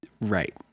right